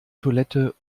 toilette